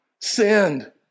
sinned